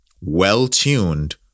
well-tuned